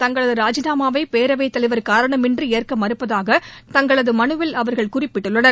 தங்களது ராஜினாமாவை பேரவைத்தலைவர் காரணமின்றி ஏற்க மறுப்பதாக தங்களது மனுவில் அவர்கள் குறிப்பிட்டுள்ளனர்